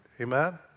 Amen